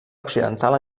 occidental